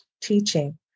teaching